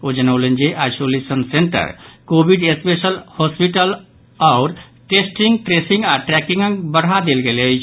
ओ जनौलनि जे isolation centre COVID special hospital आओर टेस्टिंग ट्रेसिंग आ ट्रैकिंगक बढ़ा देल गेल अछि